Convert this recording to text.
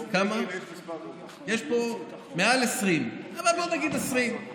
20. יש פה מעל 20, אבל בוא נגיד 20,